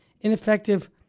Ineffective